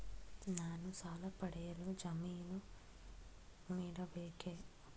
ನಾನು ಸಾಲ ಪಡೆಯಲು ಜಾಮೀನು ನೀಡಬೇಕೇ?